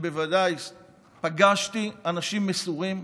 שבוודאי פגשתי אנשים מסורים,